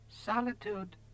Solitude